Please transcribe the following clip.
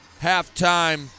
halftime